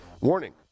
Warning